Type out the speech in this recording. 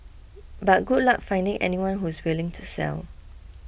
but good luck finding anyone who's willing to sell